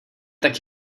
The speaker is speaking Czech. tak